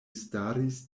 staris